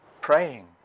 Praying